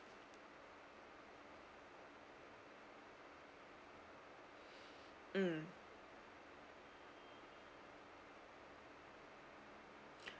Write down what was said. mm